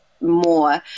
more